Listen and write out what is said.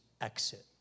exit